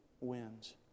wins